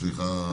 סליחה,